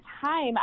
time